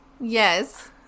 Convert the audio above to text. Yes